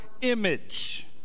image